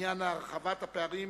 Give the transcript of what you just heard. בעניין הרחבת הפערים